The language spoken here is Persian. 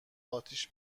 آتیش